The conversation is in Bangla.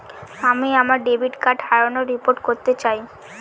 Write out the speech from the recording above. আমি আমার ডেবিট কার্ড হারানোর রিপোর্ট করতে চাই